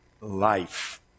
life